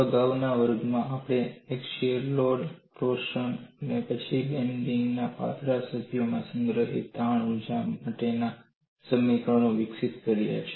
અગાઉના વર્ગમાં આપણે અક્ષીય લોડ ટોર્સન અને પછી બેન્ડિંગના પાતળા સભ્યોમાં સંગ્રહિત તાણ ઊર્જા માટેનાં સમીકરણો વિકસિત કર્યા છે